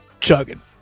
chugging